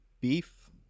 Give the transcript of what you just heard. beef